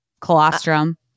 colostrum